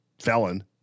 felon